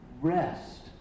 rest